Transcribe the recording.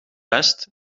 best